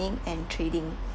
and trading